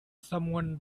someone